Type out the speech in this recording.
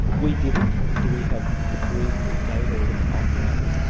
we didn't. do we have reasonable data on that? no.